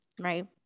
right